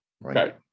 right